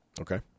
okay